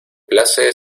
place